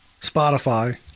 Spotify